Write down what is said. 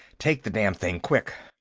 take the damn thing, quick!